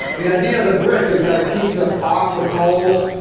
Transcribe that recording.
the idea of the brick is that it keeps it off the coals,